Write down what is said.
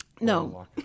No